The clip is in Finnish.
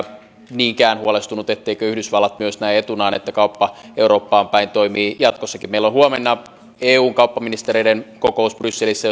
niinkään huolestunut etteikö yhdysvallat myös näe etunaan että kauppa eurooppaan päin toimii jatkossakin meillä on huomenna eun kauppaministereiden kokous brysselissä